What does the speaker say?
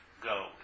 go